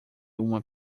uma